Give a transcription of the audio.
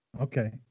Okay